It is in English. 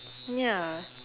ya